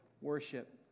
worship